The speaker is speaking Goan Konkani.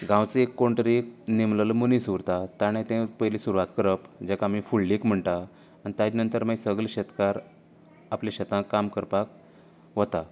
गांवचो एक कोण तरी नेमलोलो मनीस उरता तांणे ते पयली सुरवात करप जेका आमी फुडलीक म्हणटात ताचे नंतर मागीर सगळे शेतकार आपल्या शेतांत काम करपाक वतात